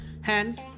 Hence